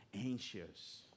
anxious